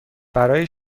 برای